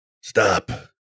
stop